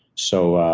so